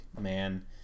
man